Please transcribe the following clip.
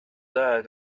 learn